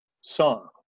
song